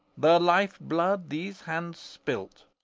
the life-blood these hands spilt,